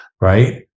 right